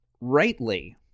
rightly